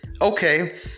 okay